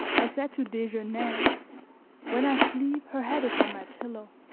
i said to desgenais when i sleep, her head is on my pillow.